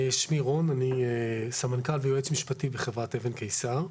שמי רון, אני סמנכ"ל ויועץ משפטי בחברת אבן קיסר.